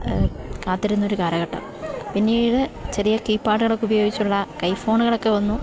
കാത്തിരുന്നൊരു കാലഘട്ടം പിന്നീട് ചെറിയ കീപാഡുകളൊക്കെ ഉപയോഗിച്ചുള്ള കൈ ഫോണുകളൊക്കെ വന്നു